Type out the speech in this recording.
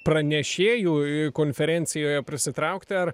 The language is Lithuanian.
pranešėjų konferencijoje prisitraukti ar